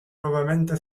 nuovamente